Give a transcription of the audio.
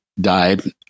died